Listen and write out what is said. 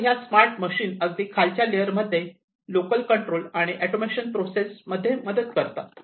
तर ह्या smart machine अगदी खालच्या लेयर मध्ये लोकल कंट्रोल आणि ऑटोमेशन प्रोसेस मध्ये मदत करतात